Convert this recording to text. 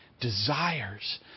desires